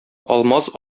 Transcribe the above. алмаз